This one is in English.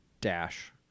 dash